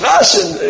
Russian